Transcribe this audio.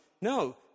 No